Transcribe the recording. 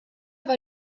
war